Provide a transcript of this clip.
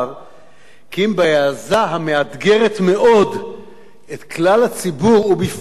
המאתגרת מאוד את כלל הציבור ובפרט את המשפטנים לחשוב,